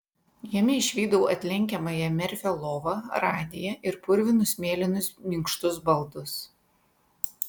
jame išvydau atlenkiamąją merfio lovą radiją ir purvinus mėlynus minkštus baldus